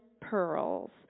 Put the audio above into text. pearls